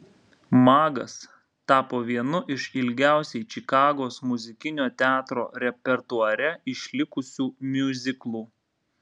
magas tapo vienu iš ilgiausiai čikagos muzikinio teatro repertuare išlikusių miuziklų